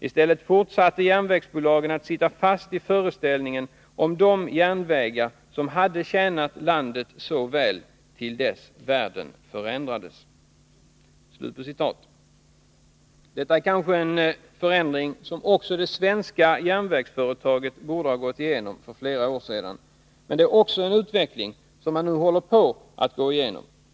I stället fortsatte järnvägsbolagen att sitta fast i föreställningen om de järnvägar som hade tjänat landet så väl — till dess världen förändrades.” Detta är kanske en förändring som även det svenska järnvägsföretaget borde ha gått igenom för flera år sedan. Men det är också en utveckling som man nu håller på att gå igenom.